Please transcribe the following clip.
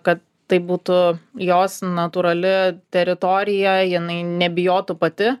kad tai būtų jos natūrali teritorija jinai nebijotų pati